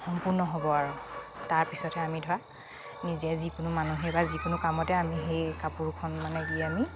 সম্পূৰ্ণ হ'ব আৰু তাৰপিছতহে আমি ধৰা নিজে যিকোনো মানুহে বা যিকোনো কামতে আমি সেই কাপোৰখন মানে কি আমি